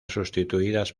sustituidas